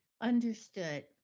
Understood